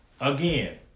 again